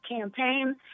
campaign